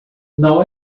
não